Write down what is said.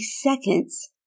seconds